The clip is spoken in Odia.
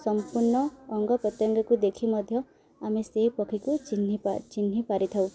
ସମ୍ପୂର୍ଣ୍ଣ ଅଙ୍ଗ ପ୍ରତ୍ୟଙ୍ଗକୁ ଦେଖି ମଧ୍ୟ ଆମେ ସେହି ପକ୍ଷୀକୁ ଚିହ୍ନି ଚିହ୍ନି ପାରିଥାଉ